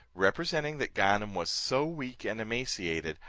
representing that ganem was so weak and emaciated,